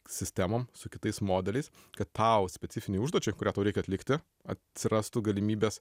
sistemom su kitais modeliais kad tau specifinei užduočiai kurią tau reikia atlikti atsirastų galimybės